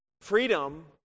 Freedom